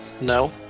No